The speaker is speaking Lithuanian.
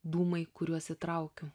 dūmai kuriuos įtraukiau